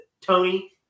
Tony